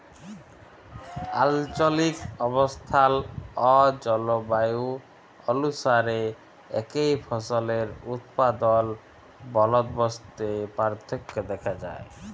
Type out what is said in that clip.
আলচলিক অবস্থাল অ জলবায়ু অলুসারে একই ফসলের উৎপাদল বলদবস্তে পার্থক্য দ্যাখা যায়